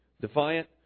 Defiant